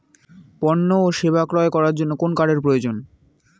পণ্য ও সেবা ক্রয় করার জন্য কোন কার্ডের প্রয়োজন?